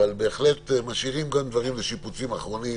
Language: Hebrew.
אבל בהחלט משאירים גם דברים לשיפוצים אחרונים